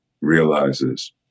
realizes